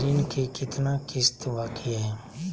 ऋण के कितना किस्त बाकी है?